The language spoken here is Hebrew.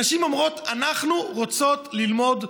הנשים אומרות: אנחנו רוצות ללמוד,